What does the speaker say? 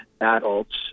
adults